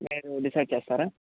rate decide చేస్తారా